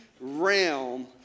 realm